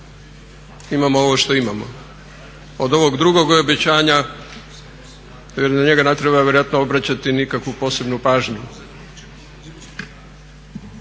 imamo ovo što imamo. Od ovog drugog obećanja vjerujem da na njega ne treba vjerojatno obraćati nikakvu posebnu pažnju.